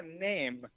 name